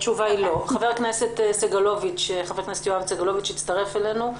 חבר הכנסת יואב סגלוביץ הצטרף אלינו.